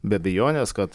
be abejonės kad